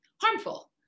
harmful